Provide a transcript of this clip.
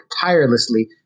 tirelessly